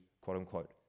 quote-unquote